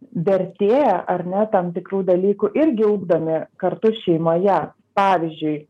vertė ar ne tam tikrų dalykų irgi ugdomi kartu šeimoje pavyzdžiui